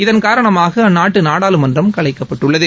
இதன் காரணமாக அந்நாட்டு நாடாளுமன்றம் கலைக்கப்பட்டுள்ளது